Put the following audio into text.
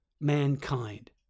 mankind